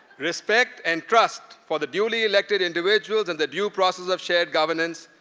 respect and trust for the duly elected individuals and the due processes of shared governance,